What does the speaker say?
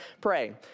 pray